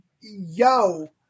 yo